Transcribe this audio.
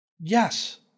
Yes